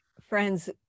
Friends